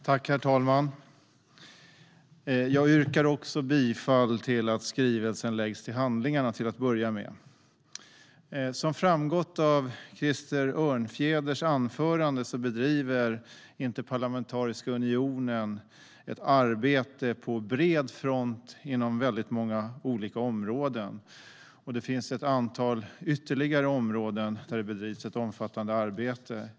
Herr talman! Till att börja med yrkar också jag bifall till förslaget att skrivelsen läggs till handlingarna. Som framgått av Krister Örnfjäders anförande bedriver Interparlamentariska unionen ett arbete på bred front inom väldigt många olika områden. Det finns ett antal ytterligare områden där det bedrivs ett omfattande arbete.